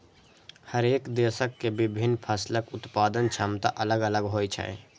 हरेक देशक के विभिन्न फसलक उत्पादन क्षमता अलग अलग होइ छै